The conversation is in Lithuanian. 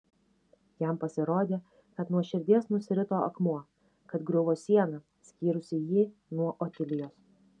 jam pasirodė kad nuo širdies nusirito akmuo kad griuvo siena skyrusi jį nuo otilijos